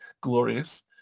glorious